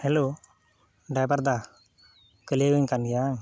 hello ᱰᱟᱭᱵᱟᱨᱫᱟ ᱠᱟᱹᱞᱤᱭᱟᱹᱨᱮᱱ ᱠᱟᱱ ᱜᱮᱭᱟᱢ